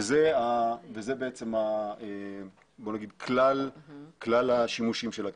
זה בעצם כלל השימושים של הקרן.